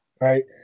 right